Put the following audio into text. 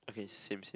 okay same same